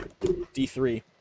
D3